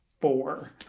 four